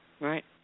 Right